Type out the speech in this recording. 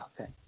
Okay